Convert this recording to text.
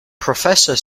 professor